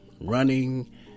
running